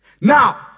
Now